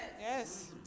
Yes